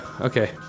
okay